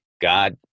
god